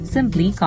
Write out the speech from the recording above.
Simply